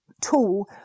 tool